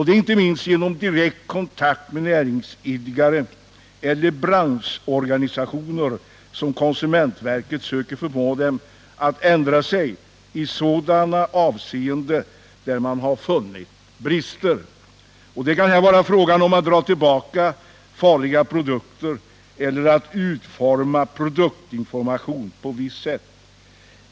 Det är inte minst genom direkt kontakt med näringsidkare eller branschorganisationer som konsumentverket söker förmå dem att ändra sig i sådana avseenden där man har funnit brister. Det kan här vara fråga om att dra tillbaka farliga produkter eller att utforma produktinformation på visst sätt.